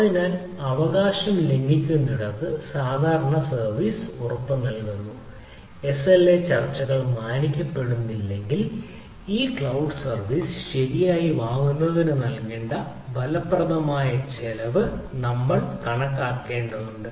അതിനാൽ അവകാശം ലംഘിക്കുന്നിടത്ത് സാധാരണ സർവീസ് ഉറപ്പുനൽകുന്നു എസ്എൽഎ ചർച്ചകൾ മാനിക്കപ്പെടുന്നില്ലെങ്കിൽ ഈ ക്ലൌഡ് സർവീസ് ശരിയായി വാങ്ങുന്നതിന് നൽകേണ്ട ഫലപ്രദമായ ചെലവ് നമ്മൾ കണക്കാക്കേണ്ടതുണ്ട്